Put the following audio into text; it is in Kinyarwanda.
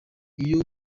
iyo